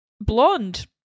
blonde